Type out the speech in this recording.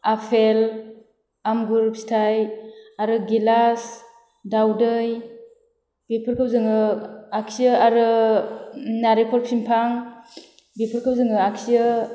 apple आमगुर फिथाइ आरो गिलास दाउदै बेफोरखौ जोङो आखियो आरो नारिखल फिमफां बेफोरखौ जोङो आखियो